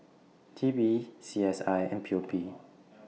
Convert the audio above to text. T P C S I and P O P